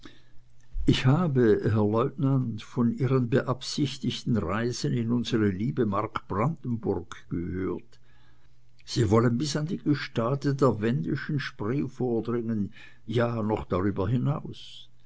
ich habe herr lieutenant von ihren beabsichtigten reisen in unsere liebe mark brandenburg gehört sie wollen bis an die gestade der wendischen spree vordringen ja noch darüber hinaus